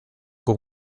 con